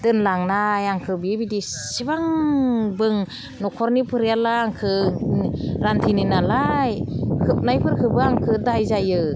दोनलांनाय आंखौ बेबायदि इसेबां न'खरनि फरियाला आंखौ रानधोनि नालाय खोबनायफोरखौबो आंखौ दाय जायो